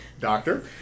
Doctor